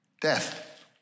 death